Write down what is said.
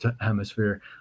hemisphere